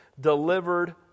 delivered